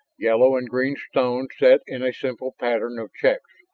yellow and green stone set in a simple pattern of checks.